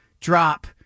drop